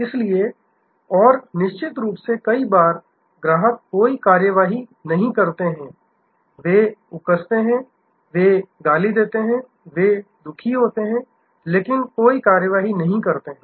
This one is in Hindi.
इसलिए और निश्चित रूप से कई बार ग्राहक कोई कार्रवाई नहीं करते हैं वे उकसते हैं वे गाली देते हैं वे दुखी होते हैं लेकिन कोई कार्रवाई नहीं करते हैं